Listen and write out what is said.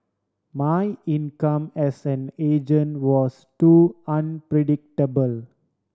my income as an agent was too unpredictable